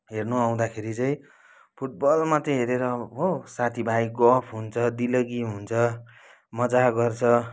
हेर्नु आउँदाखेरि चाहिँ फुटबल मात्रै हेरेर हो साथीभाइ गफ हुन्छ दिल्लगी हुन्छ मजा गर्छ